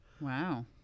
Wow